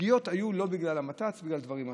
פגיעות היו, לא בגלל המת"צ, בגלל דברים אחרים.